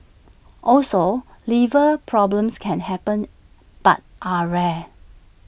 also liver problems can happen but are rare